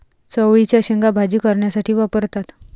चवळीच्या शेंगा भाजी करण्यासाठी वापरतात